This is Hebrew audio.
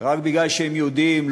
רק מפני שהם יהודים,